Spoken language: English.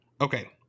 Okay